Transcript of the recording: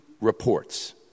reports